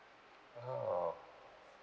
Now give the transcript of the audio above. oh